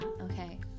okay